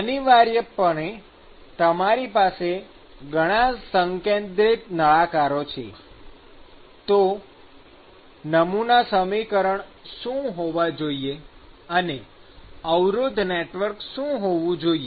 અનિવાર્યપણે તમારી પાસે ઘણા સંકેન્દ્રિત નળાકારો છે તો નમૂના સમીકરણ શું હોવું જોઈએ અને અવરોધ નેટવર્ક શું હોવું જોઈએ